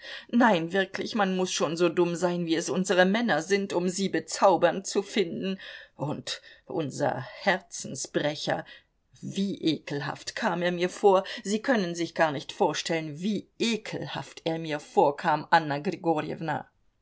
nein wirklich man muß schon so dumm sein wie es unsere männer sind um sie bezaubernd zu finden und unser herzensbrecher wie ekelhaft kam er mir vor sie können sich gar nicht vorstellen wie ekelhaft er mir vorkam anna